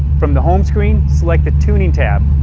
from the home screen, select the tuning tab,